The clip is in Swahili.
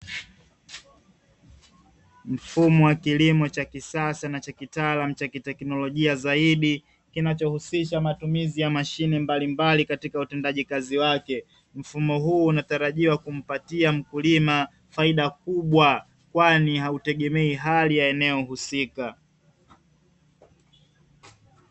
Mfumo wa kilimo cha kisasa na cha kitaalamu cha kiteknolojia zaidi, kinachohusisha matumizi ya mashine mbalimbali katika utendaji kazi wake, mfumo huu unatarajiwa kumpatia mkulima faida kubwa kwani hautegemei hali ya eneo husika.